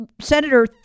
Senator